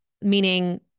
meaning